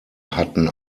hatten